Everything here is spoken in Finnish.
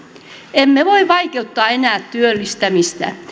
emme voi vaikeuttaa enää työllistämistä